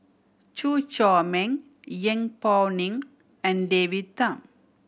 Chew Chor Meng Yeng Pway Ngon and David Tham